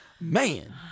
Man